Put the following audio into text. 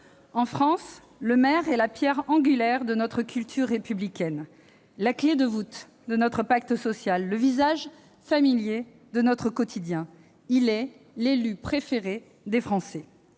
en France, le maire est la pierre angulaire de notre culture républicaine, la clé de voûte de notre pacte social, le visage familier de notre quotidien. Il est l'élu préféré des Français.